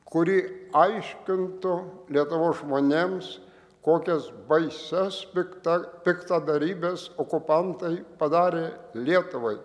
kuri aiškintų lietuvos žmonėms kokias baisias pikta piktadarybes okupantai padarė lietuvai